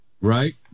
Right